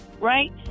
right